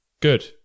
good